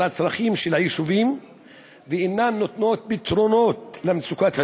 הצרכים של היישובים ואינן נותנות פתרונות למצוקת הדיור.